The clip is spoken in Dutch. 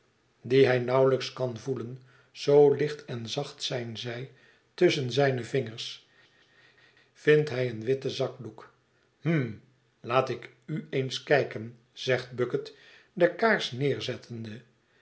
die hij nauwelijks kan voelen zoo licht en zacht zijn zij tusschen zijne vingers vindt hij een witten zakdoek hm laat ik u eens kijken zegt bucket de kaars neerzettende